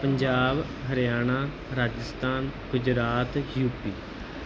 Punjab Haryana Rajasthan Gujarat UP